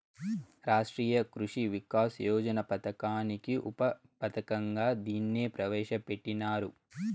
రాష్ట్రీయ కృషి వికాస్ యోజన పథకానికి ఉప పథకంగా దీన్ని ప్రవేశ పెట్టినారు